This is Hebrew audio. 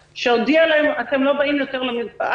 שהודיע להם: אתם לא באים יותר למרפאה,